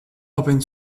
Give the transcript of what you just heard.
open